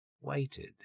waited